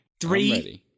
three-